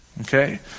okay